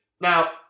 Now